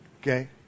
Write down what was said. okay